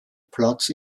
platz